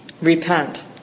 repent